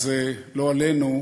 אז לא עלינו,